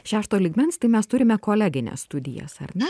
šešto lygmens tai mes turime kolegines studijas ar ne